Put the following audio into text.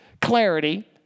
clarity